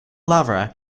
larvae